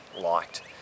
liked